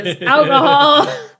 alcohol